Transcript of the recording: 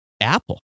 Apple